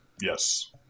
Yes